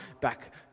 back